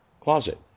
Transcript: closet